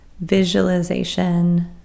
visualization